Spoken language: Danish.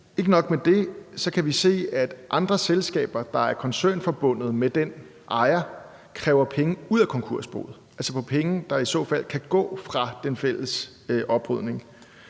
Ikke nok med det kan vi se, at andre selskaber, der er koncernforbundet med den ejer, kræver penge ud af konkursboet, altså penge, der i så fald kan gå fra den fælles oprydning.